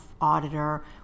auditor